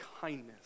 kindness